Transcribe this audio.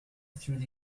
through